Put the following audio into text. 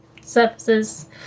surfaces